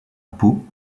pau